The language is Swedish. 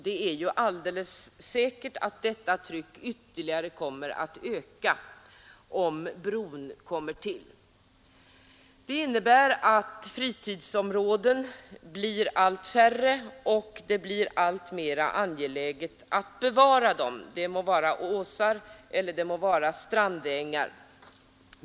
Det är alldeles säkert att detta tryck ytterligare kommer att öka, om bron kommer till. Det innebär att fritidsområdena blir allt färre och att det blir alltmera angeläget att bevara dem — det må vara åsar eller strandängar.